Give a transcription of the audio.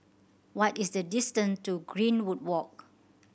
what is the distance to Greenwood Walk